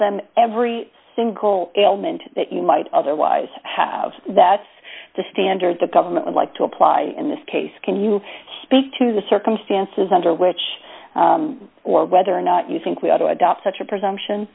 them every single ailment that you might otherwise have that's the standard the government would like to apply in this case can you speak to the circumstances under which or whether or not you think we ought to adopt such a presumption